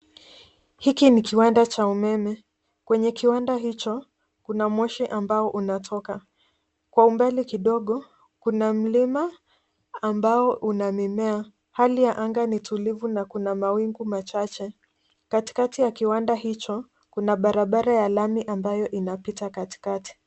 Hiki ni kiwanda cha umeme. Kwenye kiwanda hicho kuna moshi ambao unatoka. Kwa umbali kidogo kuna mlima ambao una mimea. Hali ya anga ni tulivu ma kuna mawingu machache. Katikati ya kiwanda hicho kuna barabara ya lami ambayo inapita katikati.